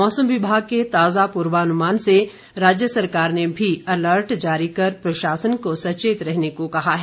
मौसम विभाग के ताजा पूर्वानुमान से राज्य सरकार ने भी अलर्ट जारी कर प्रशासन को सचेत रहने को कहा है